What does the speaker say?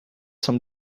some